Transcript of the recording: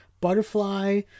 butterfly